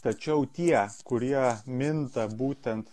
tačiau tie kurie minta būtent